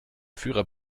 führer